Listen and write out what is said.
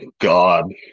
god